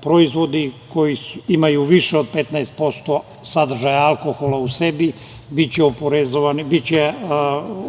proizvode koji imaju više od 15% sadržaja alkohola u sebi biće